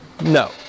No